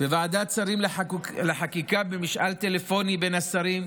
ואת אישור ועדת השרים לחקיקה במשאל טלפוני בין השרים,